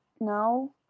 no